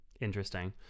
Interesting